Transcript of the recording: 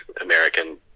American